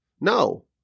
No